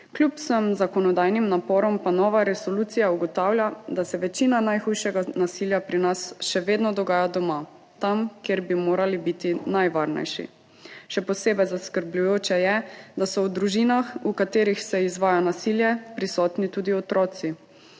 Kljub vsem zakonodajnim naporom pa nova resolucija ugotavlja, da se večina najhujšega nasilja pri nas še vedno dogaja doma, tam, kjer bi morali biti najvarnejši. Še posebej zaskrbljujoče je, da so v družinah, v katerih se izvaja nasilje, prisotni tudi otroci.